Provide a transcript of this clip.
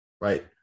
right